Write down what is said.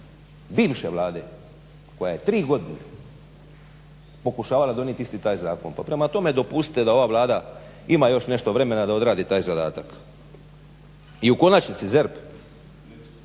bivše Vlade koja je tri godine pokušavala donijet isti taj zakon. Pa prema tome, dopustite da ova Vlada ima još nešto vremena da odradi taj zadatak. I u konačnici ZERP,